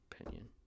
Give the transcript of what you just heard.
opinion